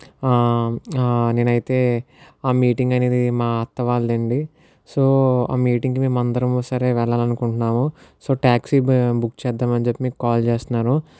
నేనైతే మీటింగ్ అనేది మా అత్త వాళ్ళది అండీ సో ఆ మీటింగ్కి మేము అందరము సరే వెళాలనుకుంటున్నాము సో టాక్సీ బుక్ చేద్దామని చెప్పి మీకు కాల్ చేస్తున్నాను